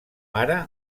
ara